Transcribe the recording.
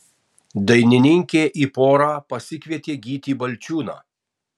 dainininkė į porą pasikvietė gytį balčiūną